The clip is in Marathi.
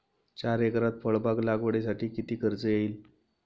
चार एकरात फळबाग लागवडीसाठी किती खर्च येईल?